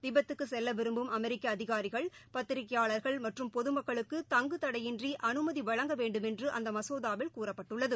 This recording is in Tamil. திபெத்துக்குகெல்லவிரும்பும் அமெரிக்கஅதிகாரிகள் பத்திரிகையாளா்கள் மற்றும் பொதுமக்களுக்கு தங்குதடையின்றிஅனுமதிவழங்க வேண்டுமென்றுஅந்தமசோதாவில் கூறப்பட்டுள்ளது